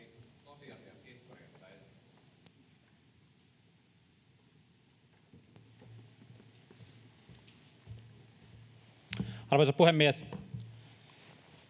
Arvoisa puhemies!